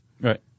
Right